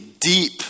deep